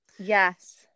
Yes